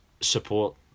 support